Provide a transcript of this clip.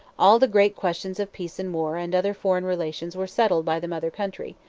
all the great questions of peace and war and other foreign relations were settled by the mother country,